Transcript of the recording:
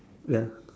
ya